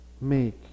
make